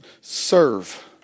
serve